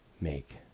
make